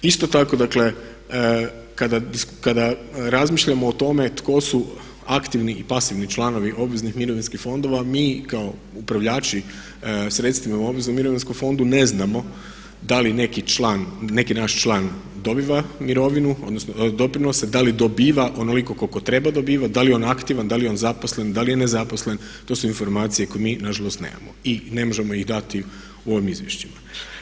Isto tako dakle kada razmišljamo o tome tko su aktivni i pasivni članovi obveznih mirovinskih fondova mi kao upravljači u sredstvima u obveznom mirovinskom fondu ne znamo da li neki naš član dobiva mirovinu, odnosno doprinose, da li dobiva onoliko koliko treba dobivati, da li je on aktivan, da li je on zaposlen, da li je ne zaposlen, to su informacije koje mi nažalost nemamo i ne možemo ih dati u ovim izvješćima.